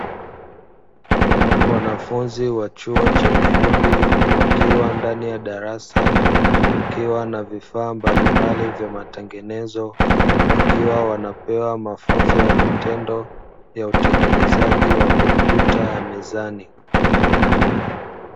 Wanafunzi wa chuo cha ufundi wakiwa ndani ya darasa, kukiwa na vifaa mbalimbali vya matengenezo wakiwa wanapenwa mafunzo ya vitendo ya utengenezaji wa kompyuta ya mezani.